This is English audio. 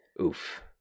oof